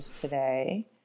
today